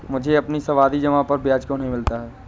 मुझे अपनी सावधि जमा पर ब्याज क्यो नहीं मिला?